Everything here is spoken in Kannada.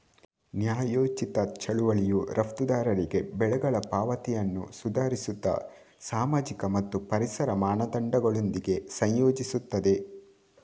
ನ್ಯಾಯೋಚಿತ ಚಳುವಳಿಯು ರಫ್ತುದಾರರಿಗೆ ಬೆಲೆಗಳ ಪಾವತಿಯನ್ನು ಸುಧಾರಿತ ಸಾಮಾಜಿಕ ಮತ್ತು ಪರಿಸರ ಮಾನದಂಡಗಳೊಂದಿಗೆ ಸಂಯೋಜಿಸುತ್ತದೆ